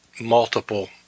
multiple